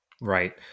Right